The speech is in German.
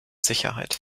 sicherheit